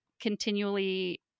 continually